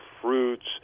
fruits